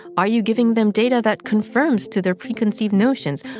are you giving them data that confirms to their preconceived notions?